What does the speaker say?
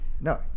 No